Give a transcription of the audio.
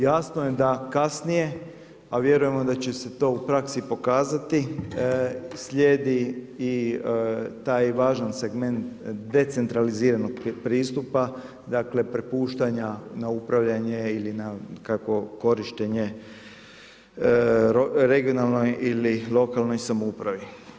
Jasno je da kasnije, a vjerujemo da će se to u praksi pokazati, slijedi i taj važan segment decentraliziranog pristupa dakle prepuštanja na upravljanje ili na kakvo korištenje regionalnoj ili lokalnoj samoupravi.